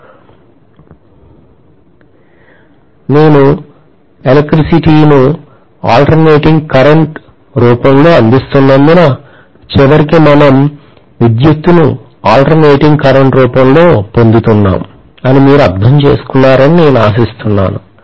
I hనేను electricity ను alternating current రూపంలో అందిస్తున్నందున చివరికి మనం విద్యుత్తును ఆల్ట్రనేటింగ్ కరెంటు రూపంలో పొందుతున్నాము అని మీరు అర్థం చేసుకున్నారని నేను ఆశిస్తున్నాను